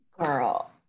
girl